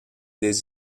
des